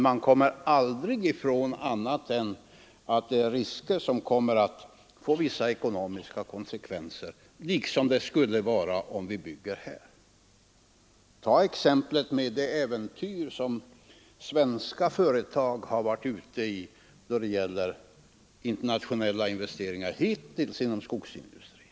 Man kommer dock aldrig ifrån vissa risker som kan få ekonomiska konsekvenser. Men så skulle det som sagt också vara om man byggde motsvarande industri här i landet, och det är även något av äventyr som svenska företag hittills varit ute i då det gäller internationella investeringar inom skogsindustrin.